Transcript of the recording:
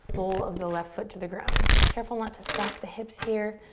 sole of the left foot to the ground. careful not to stack the hips here.